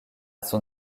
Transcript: son